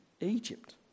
Egypt